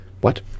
What